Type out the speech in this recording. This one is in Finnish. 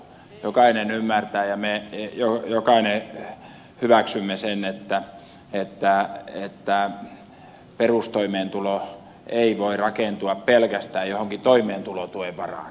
jokainen ymmärtää ja me jokainen hyväksymme sen että perustoimeentulo ei voi rakentua pelkästään johonkin toimeentulotuen varaan